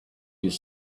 his